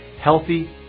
healthy